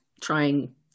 trying